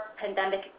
pandemic